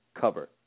cover